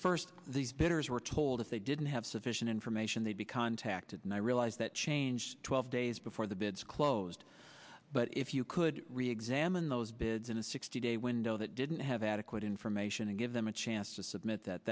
first the bitters were told if they didn't have sufficient information they'd be contacted and i realize that change twelve days before the bids closed but if you could reexamine those bids in a sixty day window that didn't have adequate information to give them a chance to submit that